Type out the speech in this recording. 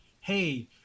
hey